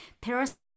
paris